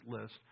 list